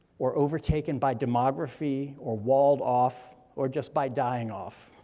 or overtaken by demography, or walled off, or just by dying off.